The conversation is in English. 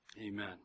Amen